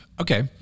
Okay